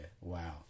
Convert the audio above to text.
Wow